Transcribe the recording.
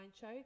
Show